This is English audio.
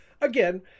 again